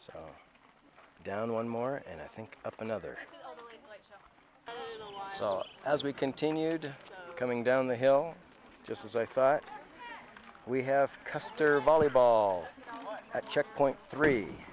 so down one more and i think up another as we continued coming down the hill just as i thought we have custer volleyball at check point three